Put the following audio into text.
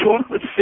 chocolate